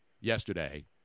yesterday